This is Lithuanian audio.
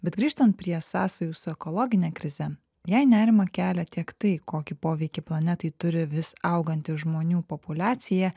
bet grįžtant prie sąsajų su ekologine krize jai nerimą kelia tiek tai kokį poveikį planetai turi vis auganti žmonių populiacija